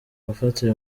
gufata